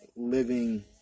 living